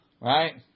Right